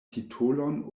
titolon